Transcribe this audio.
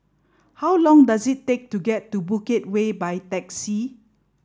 how long does it take to get to Bukit Way by taxi